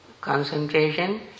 concentration